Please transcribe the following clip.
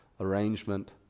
arrangement